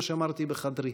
כמו שאמרתי בחדרי: